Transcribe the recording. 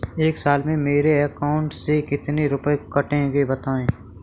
एक साल में मेरे अकाउंट से कितने रुपये कटेंगे बताएँ?